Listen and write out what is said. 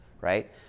right